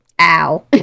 ow